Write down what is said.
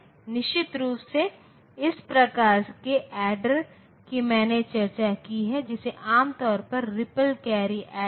4 9 3y5 इसलिए यदि आप इसे और सरल बनाते हैं तो यह 4 x प्लस 5 को 3 y प्लस 5 के बराबर देता है